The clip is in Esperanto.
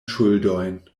ŝuldojn